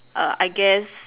err I guess